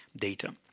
data